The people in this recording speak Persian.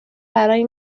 برای